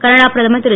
Canada பிரதமர் திரு